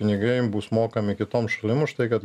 pinigai bus mokami kitom šalim už tai kad